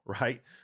right